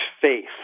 faith